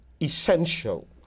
essential